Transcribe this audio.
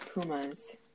Pumas